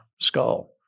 skull